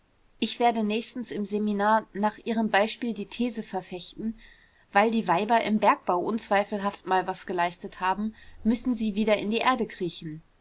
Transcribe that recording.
ich werde nächstens im seminar nach ihrem beispiel die these verfechten weil die weiber im bergbau unzweifelhaft mal was geleistet haben müssen sie wieder in die erde kriechen